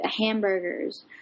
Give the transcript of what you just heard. hamburgers